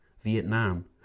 Vietnam